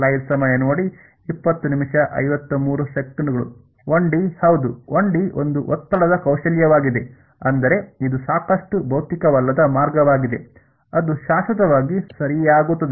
1 D ಹೌದು 1 D ಒಂದು ಒತ್ತಡದ ಕೌಶಲ್ಯವಾಗಿದೆ ಅಂದರೆ ಇದು ಸಾಕಷ್ಟು ಭೌತಿಕವಲ್ಲದ ಮಾರ್ಗವಾಗಿದೆ ಅದು ಶಾಶ್ವತವಾಗಿ ಸರಿಯಾಗುತ್ತದೆ